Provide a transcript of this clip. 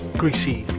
greasy